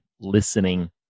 listening